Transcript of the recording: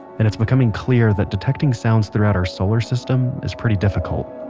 and it's becoming clear that detecting sounds throughout our solar system is pretty difficult.